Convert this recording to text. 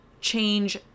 change